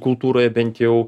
kultūroje bent jau